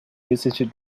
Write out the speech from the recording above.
visited